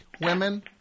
women